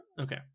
Okay